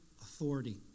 authority